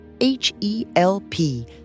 H-E-L-P